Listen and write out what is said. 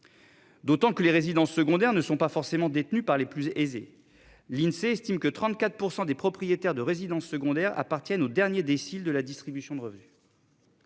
D'autant que les résidences secondaires ne sont pas forcément détenues par les plus aisés. Insee estime que 34% des propriétaires de résidences secondaires appartiennent au dernier décile de la distribution de revenus.